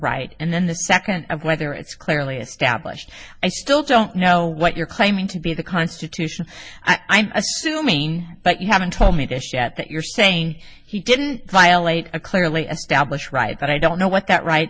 right and then the second whether it's clearly established i still don't know what you're claiming to be the constitution i'm assuming but you haven't told me to shut that you're saying he didn't violate a clearly established right but i don't know what that right